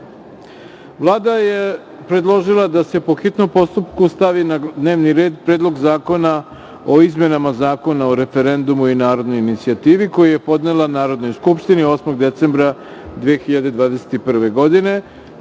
je predložila da se po hitnom postupku stavi na dnevni red – Predlog zakona o izmenama Zakona o referendumu i narodnoj inicijativi, koji je podnela Narodnoj skupštini 8. decembra 2021. godine. To